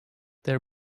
their